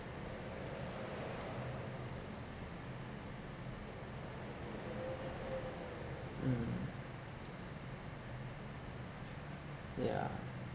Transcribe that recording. mm yeah